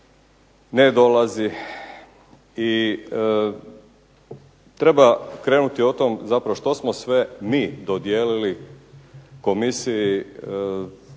ne dolazi i treba krenuti od tog zapravo što smo sve mi dodijelili komisiji,